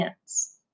hands